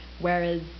whereas